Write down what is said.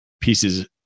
pieces